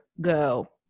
go